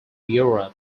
europe